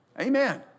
Amen